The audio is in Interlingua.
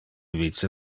vice